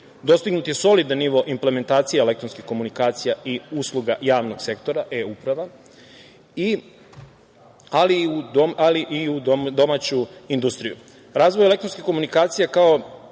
dostignut je solidan nivo implementacija elektronskih komunikacija i usluga javnog sektora e-uprava, ali i u domaću industriju. Razvoj elektronskih komunikacija kao